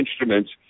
instruments